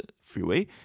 freeway